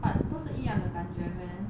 but 不是一样的感觉 meh